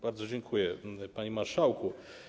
Bardzo dziękuję, panie marszałku.